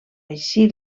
així